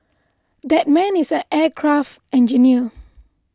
that man is an aircraft engineer